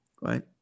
right